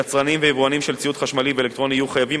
יצרנים ויבואנים של ציוד חשמלי ואלקטרוני יהיו חייבים,